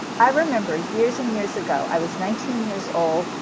i remember years and years ago, i was nineteen years old,